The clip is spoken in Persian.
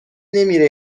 نمیره